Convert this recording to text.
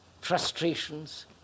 frustrations